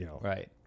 Right